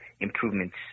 improvements